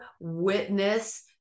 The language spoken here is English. witness